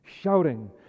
shouting